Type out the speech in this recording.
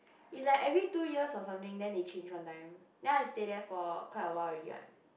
it's like every two years or something then they change one time then I stay there for quite a while already what